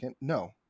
no